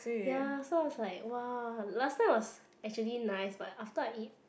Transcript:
ya so I was like !wow! last time it was actually nice but after I eat